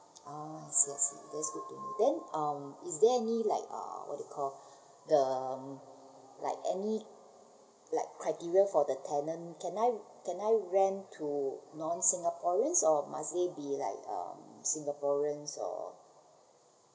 orh seriously that's good to know then um is there any like uh what it called the like any like criteria for the tenant can I can I rent to non singaporeans or must they be like um singaporean also